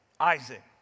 Isaac